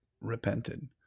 repented